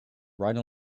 ride